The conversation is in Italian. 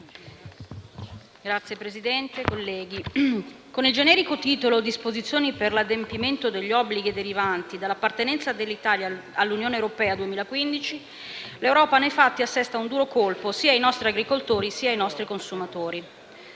onorevoli colleghi, con il generico titolo «Disposizioni per l'adempimento degli obblighi derivanti dall'appartenenza dell'Italia all'Unione europea - Legge europea 2015», l'Europa, nei fatti, assesta un duro colpo sia ai nostri agricoltori, che ai nostri consumatori.